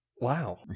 Wow